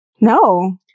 No